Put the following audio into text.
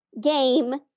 game